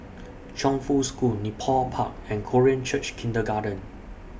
Chongfu School Nepal Park and Korean Church Kindergarten